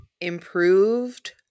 improved